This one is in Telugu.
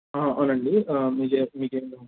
అవునండి మీకు ఏమి మీకు ఏమి కావాలి